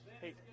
Hey